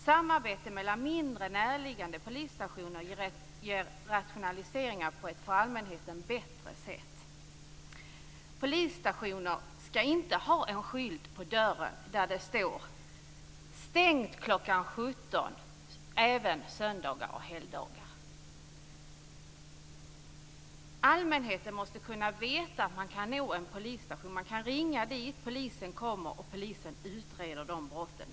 Samarbete mellan mindre närliggande polisstationer ger rationaliseringar på ett för allmänheten bättre sätt. Polisstationer skall inte ha en skylt på dörren där det står att stationen är stängd efter kl. 17.00 och på söndagar och helgdagar. Allmänheten måste kunna veta att den kan nå en polisstation, att den kan ringa dit, att polisen kommer och att polisen utreder brotten.